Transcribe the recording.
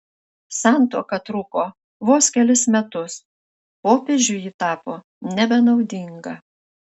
santuoka truko vos kelis metus popiežiui ji tapo nebenaudinga